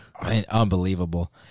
Unbelievable